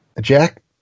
Jack